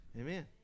Amen